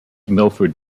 milford